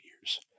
years